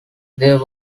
there